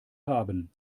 haben